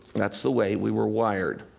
that's the way we were wired,